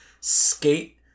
skate